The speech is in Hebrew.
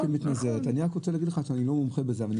אני רוצה לומר לך שאני לא מומחה בזה אבל אני